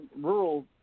rural